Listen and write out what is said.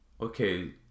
okay